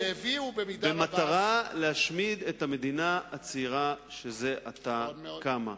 במטרה להשמיד את המדינה הצעירה שזה עתה קמה.